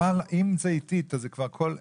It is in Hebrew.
אם זה עיתית זה כבר כל עת.